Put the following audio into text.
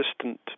assistant